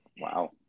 Wow